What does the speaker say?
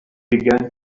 began